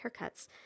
haircuts